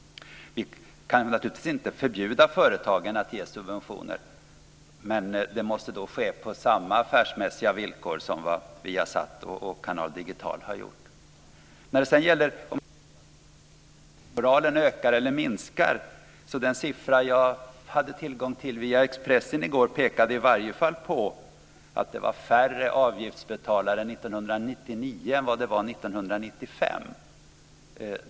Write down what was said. Vi kan naturligtvis inte förbjuda företagen att ge subventioner. Men det måste ske på samma affärsmässiga villkor som Viasat och Canal Digital har gjort. När det sedan gäller huruvida TV avgiftsbetalningsmoralen ökar eller minskar pekade i varje fall den siffra som jag hade tillgång till via Expressen i går på att det var färre avgiftsbetalare 1999 än vad det var 1995.